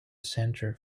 centre